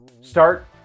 Start